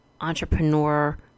entrepreneur